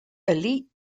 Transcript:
elite